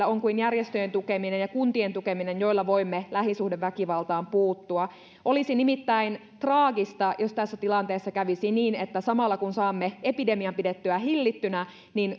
on kuin järjestöjen tukeminen ja kuntien tukeminen joilla voimme lähisuhdeväkivaltaan puuttua olisi nimittäin traagista jos tässä tilanteessa kävisi niin että samalla kun saamme epidemian pidettyä hillittynä